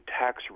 tax